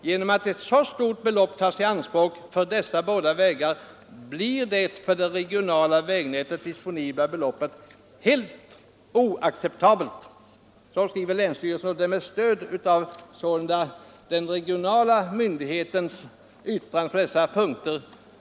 Genom att ett så stort belopp tas i anspråk för dessa båda vägar blir det för det regionala vägnätet disponibla beloppet helt oacceptabelt.” Detta är sålunda vad den regionala myndigheten har yttrat på dessa punkter.